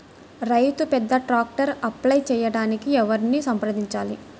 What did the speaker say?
రైతు పెద్ద ట్రాక్టర్కు అప్లై చేయడానికి ఎవరిని సంప్రదించాలి?